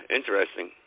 interesting